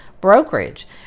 brokerage